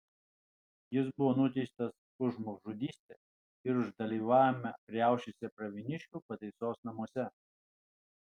jis buvo nuteistas už žmogžudystę ir už dalyvavimą riaušėse pravieniškių pataisos namuose